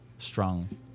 Strong